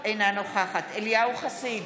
אינה נוכחת אליהו חסיד,